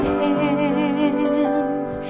hands